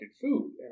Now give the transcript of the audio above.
food